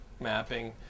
mapping